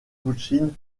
pouchkine